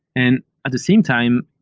and at the same time,